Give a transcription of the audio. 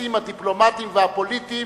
היחסים הדיפלומטיים והפוליטיים.